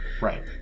Right